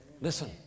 Listen